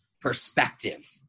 perspective